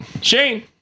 Shane